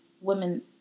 women